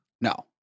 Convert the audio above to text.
No